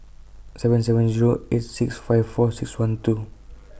seven seven Zero eight six five four six one two